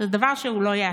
שזה דבר שהוא לא ייעשה.